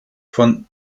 von